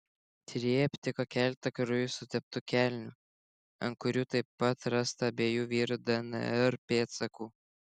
tyrėjai aptiko keletą krauju suteptų kelnių ant kurių taip pat rasta abiejų vyrų dnr pėdsakų